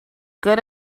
good